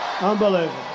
Unbelievable